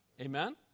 Amen